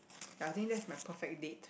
ya I think that's my perfect date